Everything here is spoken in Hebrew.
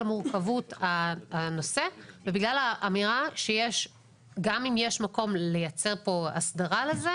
מורכבות הנושא ובגלל האמירה שגם אם יש מקום לייצר פה הסדרה לזה,